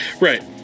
Right